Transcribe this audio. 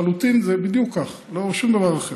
לחלוטין זה בדיוק כך, לא שום דבר אחר.